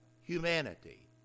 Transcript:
humanity